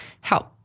help